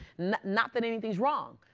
not that anything's wrong,